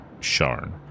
Sharn